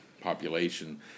population